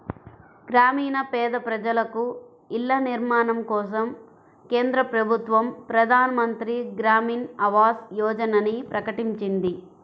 గ్రామీణ పేద ప్రజలకు ఇళ్ల నిర్మాణం కోసం కేంద్ర ప్రభుత్వం ప్రధాన్ మంత్రి గ్రామీన్ ఆవాస్ యోజనని ప్రకటించింది